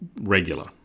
regular